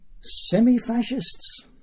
semi-fascists